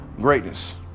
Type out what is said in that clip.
greatness